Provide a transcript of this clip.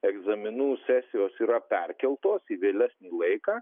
egzaminų sesijos yra perkeltos į vėlesnį laiką